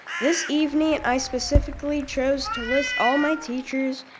this evening, i specifically chose to list all my teachers,